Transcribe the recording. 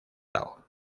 tao